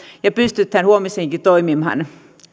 ja pystytään huomennakin toimimaan